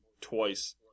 twice